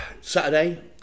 Saturday